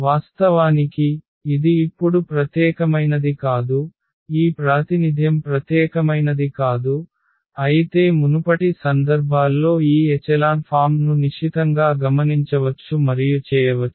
వాస్తవానికి ఇది ఇప్పుడు ప్రత్యేకమైనది కాదు ఈ ప్రాతినిధ్యం ప్రత్యేకమైనది కాదు అయితే మునుపటి సందర్భాల్లో ఈ ఎచెలాన్ ఫామ్ ను నిశితంగా గమనించవచ్చు మరియు చేయవచ్చు